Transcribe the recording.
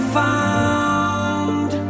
found